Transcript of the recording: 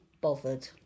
bothered